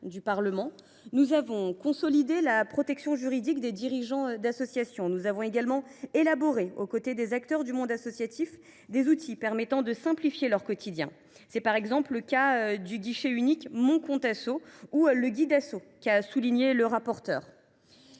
du Parlement, nous avons renforcé la protection juridique des dirigeants d’associations ; nous avons également élaboré, aux côtés des acteurs du monde associatif, des outils permettant de simplifier leur quotidien. C’est, par exemple, le cas du guichet unique Compte Asso ou de Guid’Asso. Nous avons